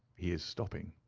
he is stopping.